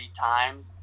times